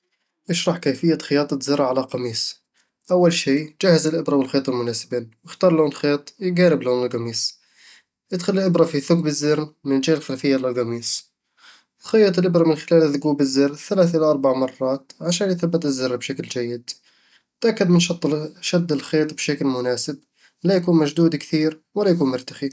اشرح كيفية خياطة زر على قميص. أول شي، جهز الإبرة والخيط المناسبين، واختر لون خيط يقارب لون القميص. أدخل الإبرة في ثقب الزر من الجهة الخلفية للقميص خيط الإبرة من خلال ثقوب الزر ثلاثة إلى اربعة مرات عشان يتثبت الزر بشكل جيد تأكد من شد- شد الخيط بشكل مناسب، لا يكون مشدود كثير ولا يكون مرتخي